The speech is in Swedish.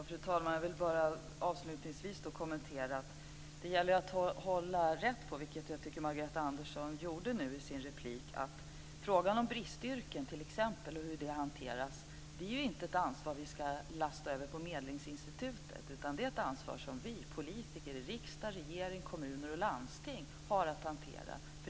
Fru talman! Jag vill bara avslutningsvis kommentera att det gäller att hålla reda på - vilket jag tycker att Margareta Andersson gjorde i sin replik - att t.ex. frågan om bristyrken och hur de hanteras inte är ett ansvar vi ska lasta över på medlingsinstitutet, utan det är ett ansvar som vi politiker i riksdag, regering, kommuner och landsting har.